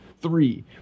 three